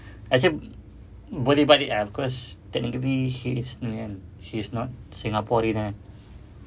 actually boleh balik ah because technically she is ni kan she is not singaporean kan